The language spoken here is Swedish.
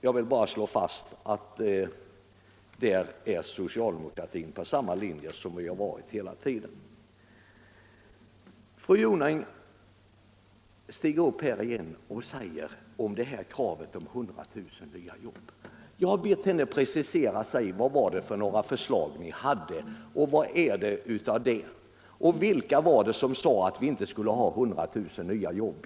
Jag vill bara slå fast att där är socialdemokratin på samma linje som den varit hela tiden. Fru Jonäng stiger upp här igen och talar om kravet på 100 000 nya jobb. Jag har bett henne precisera vad det var centern hade att komma med på den punkten och vad som är kvar av detta. Vilka sade att vi inte skulle ha 100 000 nya jobb?